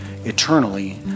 Eternally